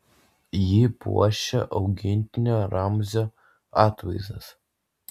jį puošia augintinio ramzio atvaizdas